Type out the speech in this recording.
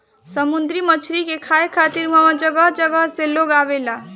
समुंदरी मछरी के खाए खातिर उहाँ जगह जगह से लोग आवेला